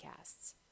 podcasts